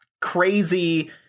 crazy